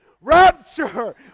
rapture